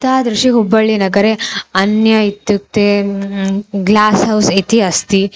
तादृशि हुब्बळ्ळिनगरे अन्यम् इत्युक्ते ग्लास् हौस् इति अस्ति